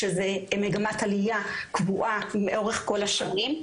שזו מגמת עלייה קבועה לאורך כל השנים.